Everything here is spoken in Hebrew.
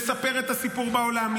לספר את הסיפור בעולם,